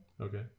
Okay